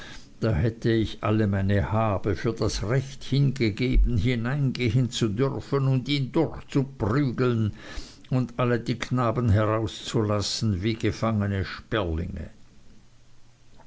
da hätte ich alle meine habe für das recht hingegeben hineingehen zu dürfen und ihn durchzuprügeln und alle die knaben herauszulassen wie gefangene sperlinge